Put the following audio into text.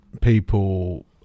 people